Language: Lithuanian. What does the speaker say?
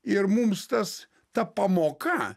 ir mums tas ta pamoka